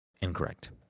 Incorrect